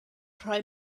rhoi